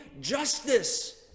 justice